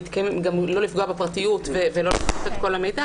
לא לפגוע בפרטיות ולחשוף את כל המידע,